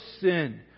sin